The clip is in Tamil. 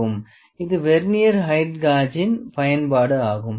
இது வெர்னியர் ஹெயிட் காஜின் பயன்பாடு ஆகும்